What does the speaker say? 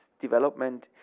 development